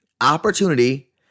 opportunity